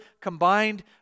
combined